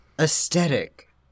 aesthetic